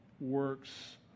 works